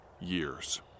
years